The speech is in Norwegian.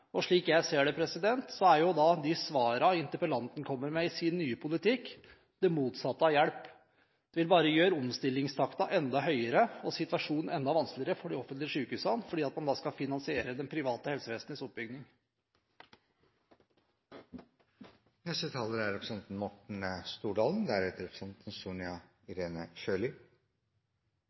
utfordringene? Slik jeg ser det, er de svarene interpellanten kommer med i sin nye politikk, det motsatte av hjelp. Det vil bare gjøre omstillingstakten enda høyere og situasjonen enda vanskeligere for de offentlige sykehusene fordi man da skal finansiere det private helsevesenets